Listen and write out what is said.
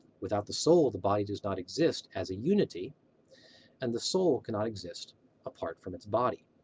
without the soul the body does not exist as a unity and the soul cannot exist apart from its body.